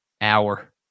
hour